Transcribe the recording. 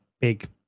big